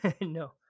No